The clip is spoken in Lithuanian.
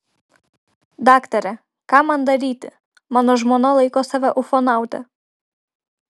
daktare ką man daryti mano žmona laiko save ufonaute